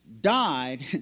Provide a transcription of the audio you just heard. died